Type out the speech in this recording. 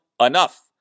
enough